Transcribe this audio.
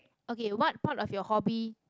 okay what part of your hobby